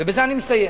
ובזה אני מסיים.